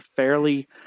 fairly